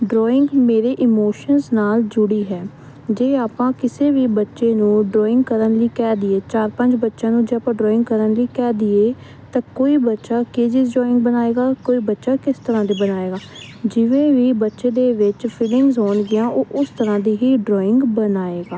drawing ਮੇਰੇ emotions ਨਾਲ ਜੁੜੀ ਹੈ ਜੇ ਆਪਾਂ ਕਿਸੇ ਵੀ ਬੱਚੇ ਨੂੰ ਡਰਾਇੰਗ ਕਰਨ ਲਈ ਕਹਿ ਦਈਏ ਚਾਰ ਪੰਜ ਬੱਚਿਆਂ ਨੂੰ ਜੇ ਆਪਾਂ ਡਰਾਇੰਗ ਕਰਨ ਲਈ ਕਹਿ ਦਈਏ ਤਾਂ ਕੋਈ ਬੱਚਾ ਕਿਹੜੀ ਡਰੋਇੰਗ ਬਣਾਏਗਾ ਕੋਈ ਬੱਚਾ ਕਿਸ ਤਰ੍ਹਾਂ ਦੀ ਬਣਾਏਗਾ ਜਿਵੇਂ ਵੀ ਬੱਚੇ ਦੇ ਵਿੱਚ ਫਿਲਿੰਗਸ ਹੋਣਗੀਆਂ ਉਹ ਉਸ ਤਰ੍ਹਾਂ ਦੀ ਹੀ ਡਰਾਇੰਗ ਬਣਾਏਗਾ